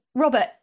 Robert